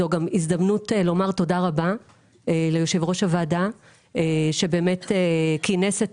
זו גם הזדמנות לומר תודה רבה ליושב ראש הוועדה שבאמת כינס את